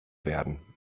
werden